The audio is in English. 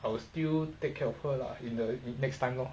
I will still take care of her lah in the next time lor